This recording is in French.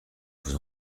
vous